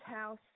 house